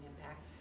impact